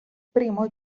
primo